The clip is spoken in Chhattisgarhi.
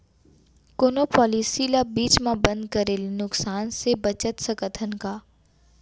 कोनो पॉलिसी ला बीच मा बंद करे ले नुकसान से बचत सकत हन का?